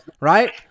right